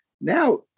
Now